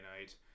night